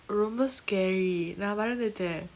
ரொம்ப:romba scary நா மறந்துட்ட:na maranthuta